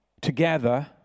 together